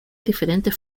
diferentes